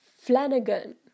Flanagan